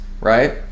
right